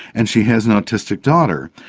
and she has an autistic daughter.